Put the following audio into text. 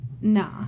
nah